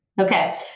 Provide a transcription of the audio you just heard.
Okay